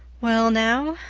well now,